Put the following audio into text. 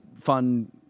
fun